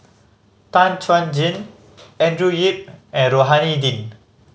Tan Chuan Jin Andrew Yip and Rohani Din